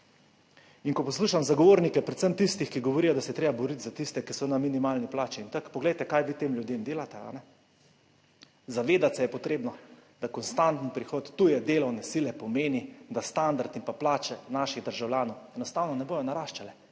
Ko poslušam zagovornike, predvsem tistih, ki govorijo, da se je treba boriti za tiste, ki so na minimalni plači in tako, poglejte kaj vi tem ljudem delate? Zavedati se je potrebno, da konstanten prihod tuje delovne sile pomeni, da standard in pa plače naših državljanov enostavno ne bodo naraščale,